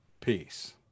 Peace